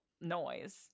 noise